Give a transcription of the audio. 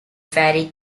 fairy